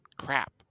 crap